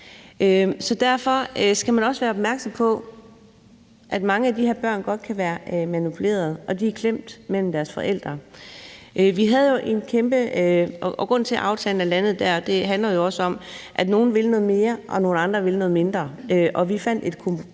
Derfor skal man også være opmærksom på, at mange af de her børn godt kan være manipulerede, og at de er klemt mellem deres forældre. Grunden til, at aftalen er landet der, er jo også, at nogle vil noget mere, og nogle andre vil noget mindre. Vi fandt et kompromis